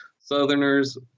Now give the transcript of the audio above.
Southerners